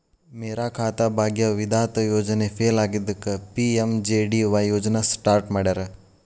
ಮೇರಾ ಖಾತಾ ಭಾಗ್ಯ ವಿಧಾತ ಯೋಜನೆ ಫೇಲ್ ಆಗಿದ್ದಕ್ಕ ಪಿ.ಎಂ.ಜೆ.ಡಿ.ವಾಯ್ ಯೋಜನಾ ಸ್ಟಾರ್ಟ್ ಮಾಡ್ಯಾರ